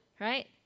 right